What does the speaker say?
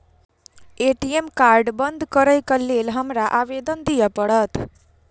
ATM card बंद करैक लेल हमरा आवेदन दिय पड़त?